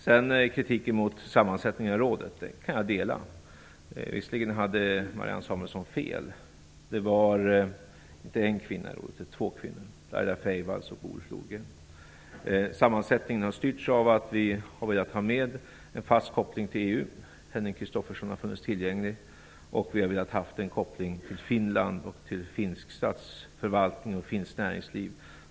Jag kan dela kritiken mot sammansättningen av rådet. Visserligen hade Marianne Samuelsson fel. Det är inte en kvinna i rådet. Det är två kvinnor, Laila Freivalds och Boel Flodgren. Sammansättningen har styrts av att vi har velat ha med en fast koppling till EU, och Henning Christophersen har funnits tillgänglig. Vidare har vi velat ha en koppling till Finland och till finsk statsförvaltning och finskt näringsliv.